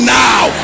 now